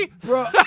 Bro